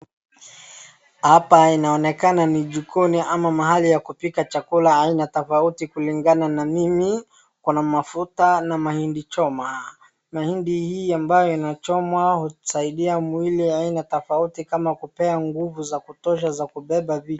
Hapa inaonekana ni jikoni ama mahali pa kupika chakula cha aina tofauti kulingana na mimi kuna mafuta na mahindi choma. Mahindi hii ambayo inachomwa husaidia mwili aina tofauti kama kupea nguvu za kutosha za kubeba vitu .